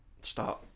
start